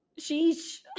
Sheesh